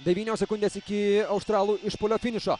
devynios sekundės iki australų išpuolio finišo